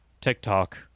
tiktok